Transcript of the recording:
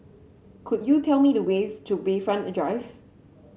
could you tell me the way to Bayfront Drive